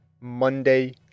Monday